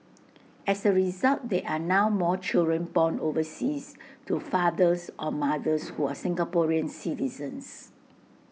as A result there are now more children born overseas to fathers or mothers who are Singaporean citizens